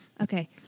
Okay